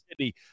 City